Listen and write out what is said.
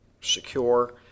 secure